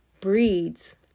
breeds